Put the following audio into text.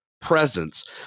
presence